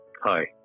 Hi